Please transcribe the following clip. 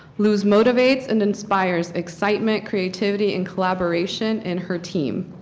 luz motivates and inspires excitement, creativity and collaboration in her team.